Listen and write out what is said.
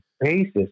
basis